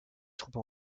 troupes